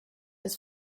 des